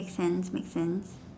make sense make sense